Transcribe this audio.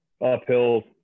uphill